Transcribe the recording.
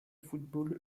football